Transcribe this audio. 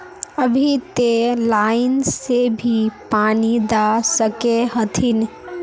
अभी ते लाइन से भी पानी दा सके हथीन?